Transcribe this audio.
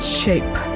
shape